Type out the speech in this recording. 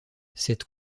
cette